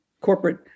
corporate